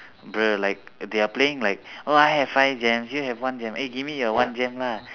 bro like they are playing like oh I have five gems you one gem eh give me your one gem lah